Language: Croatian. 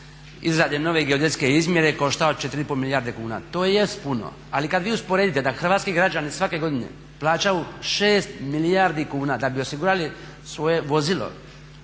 izrade nove geodetske izmjere koštao 4,5 milijarde kuna tj. puno ali kad vi usporedite da hrvatski građani svake godine plaćaju 6 milijardi kuna da bi osigurali svoje vozilo